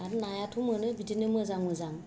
आरो नायाथ' मोनो बिदिनो मोजां मोजां